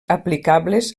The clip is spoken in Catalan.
aplicables